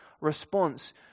response